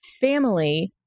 family